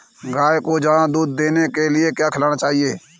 गाय को ज्यादा दूध देने के लिए क्या खिलाना चाहिए?